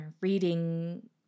reading